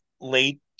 late